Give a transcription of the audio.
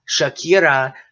Shakira